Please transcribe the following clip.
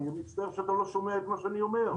אני מצטער שאתה לא שומע את מה שאני אומר.